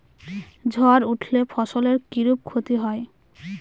ঝড় উঠলে ফসলের কিরূপ ক্ষতি হয়?